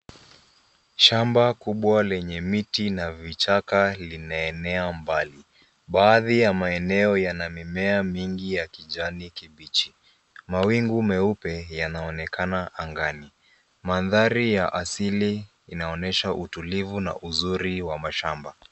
Shamba kubwa lenye miti na vichaka linaenea mbali. Baadhi ya maeneo yana mimea mingi ya kijani kibichi. Mawingu meupe yanaonekana angani. Mandhari ya asili inaonyesha utulivu na uzuri wa mashamba.